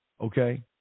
okay